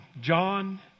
John